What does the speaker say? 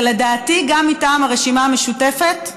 ולדעתי גם מטעם הרשימה המשותפת?